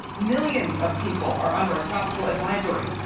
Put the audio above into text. millions of people are under a tropical advisory.